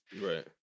Right